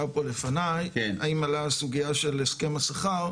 פה לפניי האם עלתה הסוגיה של הסכם השכר.